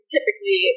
Typically